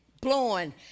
blowing